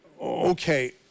okay